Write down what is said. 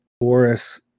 Boris